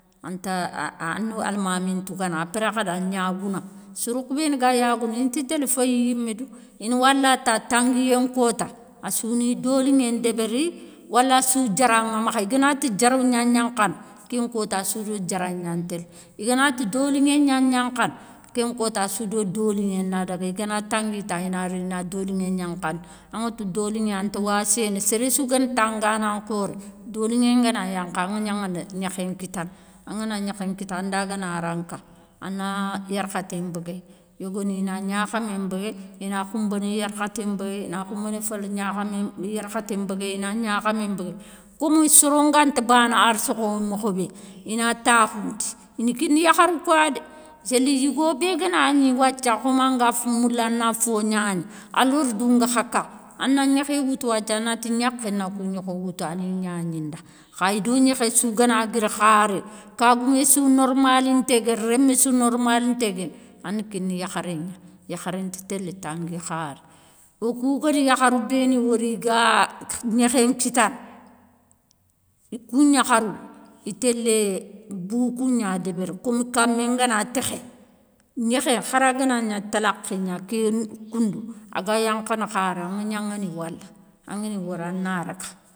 Anta a na almani ntougana après khadi a gnagou na, soro kou béni ga yagounou inta télé féyi yimé dou, i na wala ta tanguiyé nkota assouni doliŋé débéri walassou diara ŋa makha, i gana ti diaro gna gnankhana kenkota asou do diara gnan télé, i gana ti doliŋé gnan télé ken kota a sou do doliŋé na daga i gana tangui ta i na ri a ina doliŋé gnankhandi, aŋatou doliŋé anta wasséné, séré sou guéni tangana nkhoré, doliŋé ngana yankha aŋa gnaŋana gnékhé nkitana. Angana gnékhé nkita anda gana ranka, ana yarkhaté nbéguéy, yogoni na gnakhamé nbéguéye, ina khounbané yarkhaté nbéguéye, ina khounbané falé gnakhamé, yarkhaté nbéguéye, ina gnakahamé nbéguéyi, komi soro nganta bana arssokhou ŋa mokho bé. I na takhoundi i na kini yakharou kouwa dé, séli yougo bé ganagni wathia koma anga moula a na fo gnana ana lordou nga kha ka ana gnékhé woutou wathia. ana ta gnakhé na kou gnokho woutou a ni gnagni nda. Kha ido gnékhé sou gana guiri kharé, ka goumé sou normalinté guéni, rémé sou normalinté guéni, a na kini yakharé gna, yakharé nti télé tangui kharé, wokou gari yakharou bénou wori i ga gnékhé nkitana kou gnakharou, i télé boukou gna débéri komi kamé ngana tékhé, gnékhé hara gana gna talakhé gna, keni koundou a ga yankhana kharé aŋa gnaŋani wala. Angani wori ana raga.